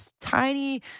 tiny